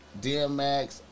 DMX